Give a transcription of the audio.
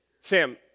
Sam